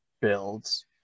builds